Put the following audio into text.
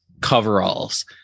coveralls